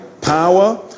power